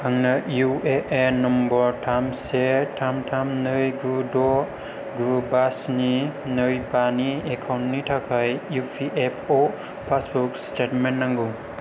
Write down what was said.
आंनो U A N number थाम से थाम थाम नै गु द' गु बा स्नि नै बा एकाउन्टनि थाखाय इ पि एफ अ' पासबुक स्टेटमेन्ट नांगौ